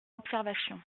observations